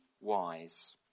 wise